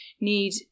need